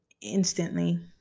instantly